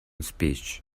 speech